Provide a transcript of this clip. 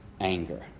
anger